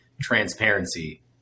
transparency